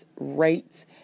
rates